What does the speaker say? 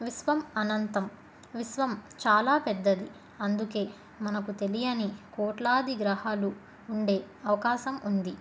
విశ్వం అనంతం విశ్వం చాలా పెద్దది అందుకే మనకు తెలియని కోట్లాది గ్రహాలు ఉండే అవకాశం ఉంది